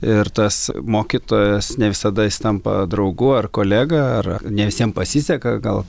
ir tas mokytojas ne visada jis tampa draugu ar kolega ar ne visiem pasiseka gal